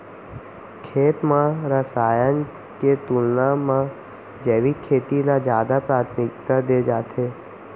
खेत मा रसायन के तुलना मा जैविक खेती ला जादा प्राथमिकता दे जाथे